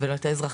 ולא את האזרחים